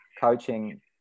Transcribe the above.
coaching